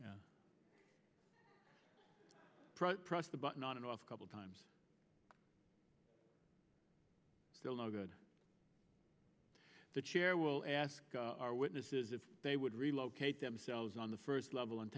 yeah press the button on and off a couple times still no good the chair will ask our witnesses if they would relocate themselves on the first level and